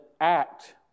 act